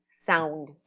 sound